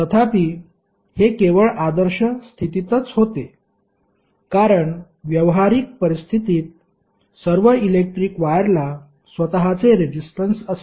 तथापि हे केवळ आदर्श स्थितीतच होते कारण व्यावहारिक परिस्थितीत सर्व इलेक्ट्रिक वायरला स्वतःचे रेझिस्टन्स असते